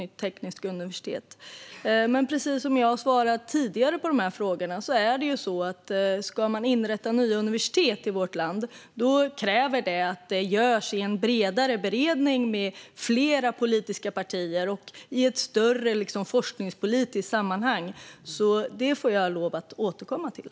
Men det är som jag svarat tidigare på dessa frågor: Ska man inrätta nya universitet i vårt land kräver det att det görs i en bredare beredning med flera politiska partier och i ett större forskningspolitiskt sammanhang. Det får jag lov att återkomma till.